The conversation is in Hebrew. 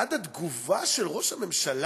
ועד התגובה של ראש הממשלה?